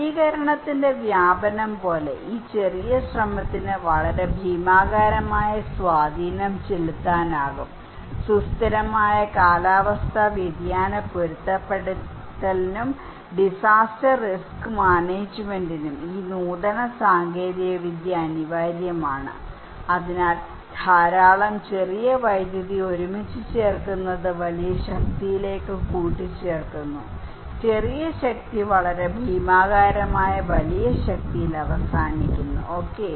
നവീകരണത്തിന്റെ വ്യാപനം പോലെ ഈ ചെറിയ ശ്രമത്തിന് വളരെ ഭീമാകാരമായ സ്വാധീനം ചെലുത്താനാകും സുസ്ഥിരമായ കാലാവസ്ഥാ വ്യതിയാന പൊരുത്തപ്പെടുത്തലിനും ഡിസാസ്റ്റർ റിസ്ക് മാനേജ്മെന്റിനും ഈ നൂതന സാങ്കേതികവിദ്യ അനിവാര്യമാണ് അതിനാൽ ധാരാളം ചെറിയ വൈദ്യുതി ഒരുമിച്ച് ചേർക്കുന്നത് വലിയ ശക്തിയിലേക്ക് കൂട്ടിച്ചേർക്കുന്നു ചെറിയ ശക്തി വളരെ ഭീമാകാരമായ വലിയ ശക്തിയിൽ അവസാനിക്കുന്നു ഓക്കേ